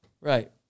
Right